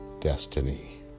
destiny